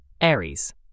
Aries